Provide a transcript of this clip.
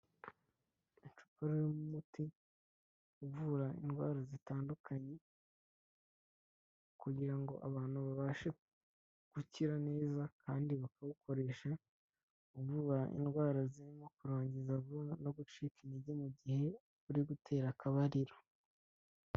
Icupa ririmo umuti uvura indwara zitandukanye, kugira ngo abantu babashe gukira neza kandi bakawukoresha uvura indwara zirimo kurangiza vuba no gucika intege mu gihe uri gutera akabariro